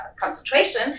concentration